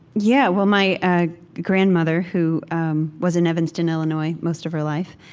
yeah, well, my ah grandmother, who was in evanston, illinois most of her life,